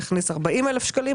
הכניס 40,000 שקלים.